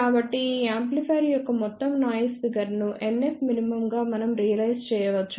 కాబట్టి ఈ యాంప్లిఫైయర్ యొక్క మొత్తం నాయిస్ ఫిగర్ ను NFmin గా మనం రియలైజ్ చేయవచ్చు